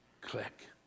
click